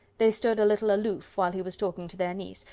they stood a little aloof while he was talking to their niece,